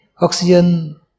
oxygen